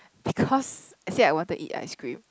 because I say I wanted eat ice cream